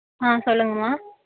ஆ சொல்லுங்மா